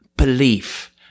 belief